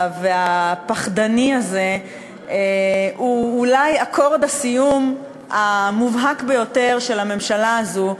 והפחדני הזה היא אולי אקורד הסיום המובהק ביותר של הממשלה הזו,